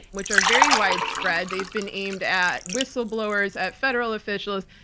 which are very widespread. they've been aimed at whistleblowers, at federal officials,